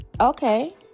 okay